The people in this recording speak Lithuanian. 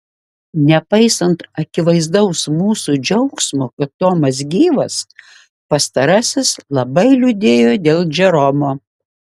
nepaisant akivaizdaus mūsų džiaugsmo kad tomas gyvas pastarasis labai liūdėjo dėl džeromo